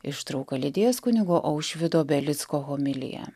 ištrauką lydės kunigo aušvydo belicko homilija